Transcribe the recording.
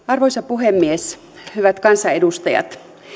arvoisa puhemies hyvät kansanedustajat